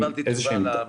לא קיבלתי תשובה על המחשב.